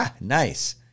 Nice